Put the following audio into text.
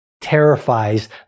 terrifies